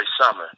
summer